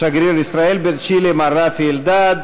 שגריר ישראל בצ'ילה מר רפי אלדד,